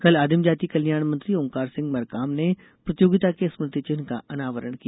कल आदिमजाति कल्याण मंत्री ओंकार सिंह मरकाम ने प्रतियोगिता के स्मृति चिन्ह का अनावरण किया